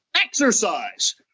Exercise